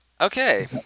Okay